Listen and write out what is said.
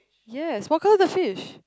yes what colour is the fish